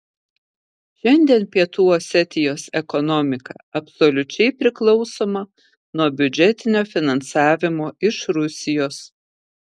šiandien pietų osetijos ekonomika absoliučiai priklausoma nuo biudžetinio finansavimo iš rusijos